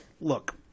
look